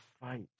fight